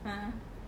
a'ah